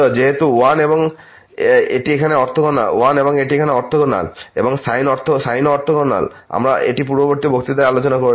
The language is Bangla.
যেহেতু 1 এবং এটি এখানে অর্থগোনাল 1 এবং সাইনও অর্থগোনাল আমরা এটি পূর্ববর্তী বক্তৃতায় আলোচনা করেছি